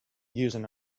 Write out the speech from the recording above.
using